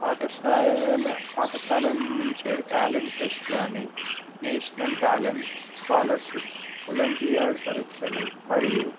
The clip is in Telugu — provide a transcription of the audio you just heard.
పాఠశాల పాఠశాలను నుంచే టాలెంట్ టెస్ట్ అని నేషనల్ టాలెంట్ స్కాలర్షిప్ ఒలంపియాడ్ పరీక్షలు మరియు